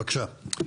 בבקשה.